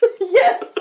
yes